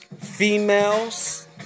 females